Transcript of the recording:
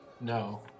No